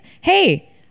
hey